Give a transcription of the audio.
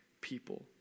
people